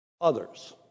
others